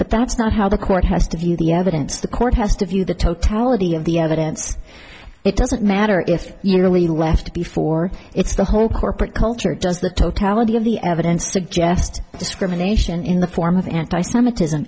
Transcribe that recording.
but that's not how the court has to view the evidence the court has to view the totality of the evidence it doesn't matter if you really left before it's the whole corporate culture does the totality of the evidence suggest discrimination in the form of anti semitism